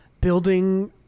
Building